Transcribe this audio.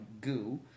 goo